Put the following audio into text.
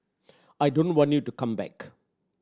I don't want you to come back